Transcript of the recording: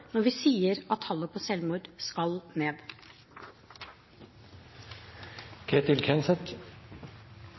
når vi sier at tallet på selvmord skal